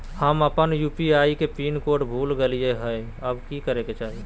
हम अपन यू.पी.आई के पिन कोड भूल गेलिये हई, अब की करे के चाही?